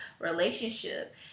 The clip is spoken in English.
relationship